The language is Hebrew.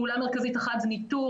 פעולה מרכזית אחת היא ניטור.